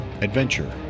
adventure